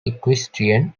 equestrian